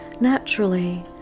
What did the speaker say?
Naturally